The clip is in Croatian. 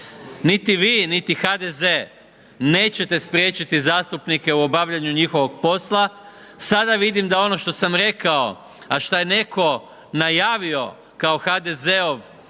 niti vi, niti HDZ nećete spriječiti zastupnike u obavljanju njihovog posla, sada vidim da ono što sam rekao, a šta je netko najavio kao HDZ-ov visoki